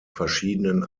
verschiedenen